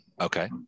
okay